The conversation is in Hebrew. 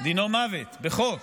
דינו מוות בחוק,